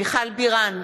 מיכל בירן,